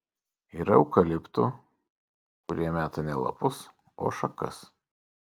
yra eukaliptų kurie meta ne lapus o šakas